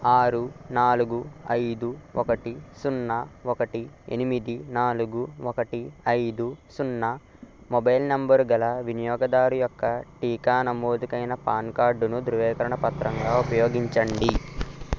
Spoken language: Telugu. ఆరు నాలుగు ఐదు ఒకటి సున్నా ఒకటి ఎనిమిది నాలుగు ఒకటి ఐదు సున్నా మొబైల్ నంబరు గల వినియోగదారు యొక్క టీకా నమోదుకైన పాన్ కార్డును ధృవీకరణ పత్రంగా ఉపయోగించండి